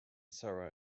sarah